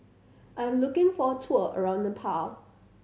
I'm looking for a tour around Nepal